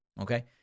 Okay